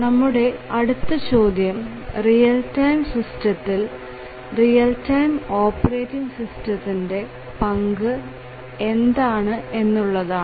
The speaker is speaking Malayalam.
നമ്മുടെ അടുത്ത ചോദ്യം റിയൽ ടൈം സിസ്റ്റത്തിൽ റിയൽ ടൈം ഓപ്പറേറ്റിങ് സിസ്റ്റത്തിന് എന്ത് പങ്കാണ് ഉള്ളത് എന്നതാണ്